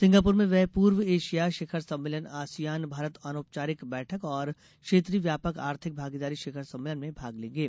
Singapore में वे पूर्व एशिया शिखर सम्मेलन आसियान भारत अनौपचारिक बैठक और क्षेत्रीय व्यापक आर्थिक भागीदारी शिखर सम्मेलन में भाग लेंगे